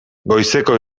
goizeko